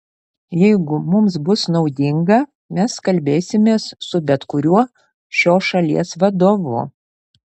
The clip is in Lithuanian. jeigu mums bus naudinga mes kalbėsimės su bet kuriuo šios šalies vadovu